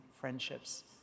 friendships